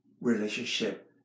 relationship